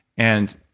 and